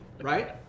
right